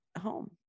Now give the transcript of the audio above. home